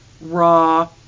raw